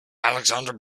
alexander